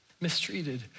Mistreated